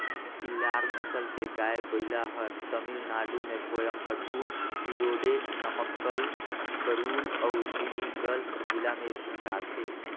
खिल्लार नसल के गाय, बइला हर तमिलनाडु में कोयम्बटूर, इरोडे, नमक्कल, करूल अउ डिंडिगल जिला में भेंटाथे